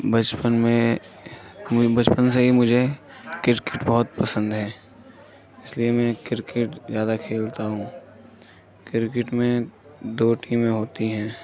بچپن میں مجھے بچپن سے ہی مجھے کرکٹ بہت پسند ہے اِس لیے میں کرکٹ زیادہ کھیلتا ہوں کرکٹ میں دو ٹیمیں ہوتی ہیں